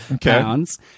pounds